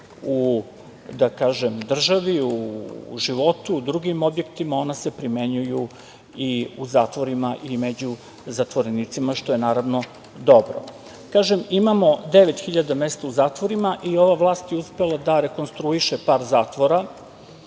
u da kažem, državi, u životu, u drugim objektima, ona se primenjuju i u zatvorima i među zatvorenicima, što je naravno, dobro. Kažem, imamo 9000 mesta u zatvorima, i ova vlast je uspela da rekonstruiše par zatvora,